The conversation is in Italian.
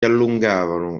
allungavano